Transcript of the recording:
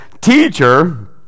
Teacher